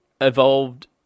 evolved